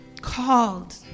called